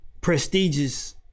prestigious